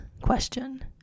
question